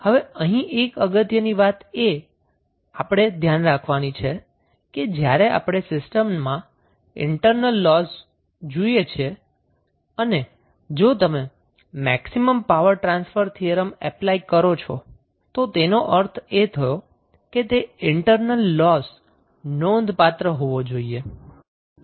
હવે અહીં એક અગત્યની વાત એ આપણે ધ્યાનમાં રાખવાની છે કે જ્યારે તમે સિસ્ટમમાં ઈન્ટર્નલ લોસ જુઓ છો અને જો તમે maximum power transfer theorem apply કરો છો તો તેનો અર્થ એ થયો કે તે ઈન્ટર્નલ લોસ નોંધપાત્ર હોવો જોઈએ